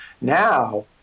now